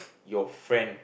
your friend